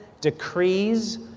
decrees